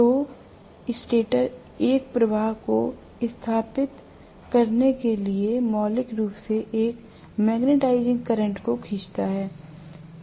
तो स्टेटर एक प्रवाह को स्थापित करने के लिए मौलिक रूप से एक मैग्नेटाइजिंग करंट को खींचता है